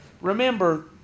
Remember